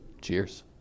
Cheers